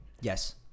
Yes